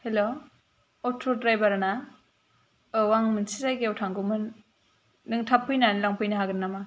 hello अट' driver ना औ आं मोनसे जायगायाव थांगौमोन नों थाब फैनानै लांफैनो हागोन नामा